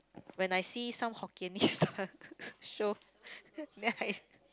when I see some Hokkien show then I